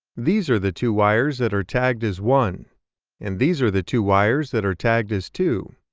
these are the two wires that are tagged as one and these are the two wires that are tagged as two.